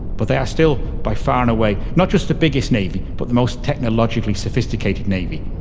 but they are still by far and away not just the biggest navy but the most technologically sophisticated navy.